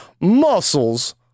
Muscles